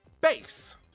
base